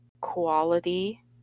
quality